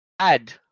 Add